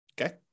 okay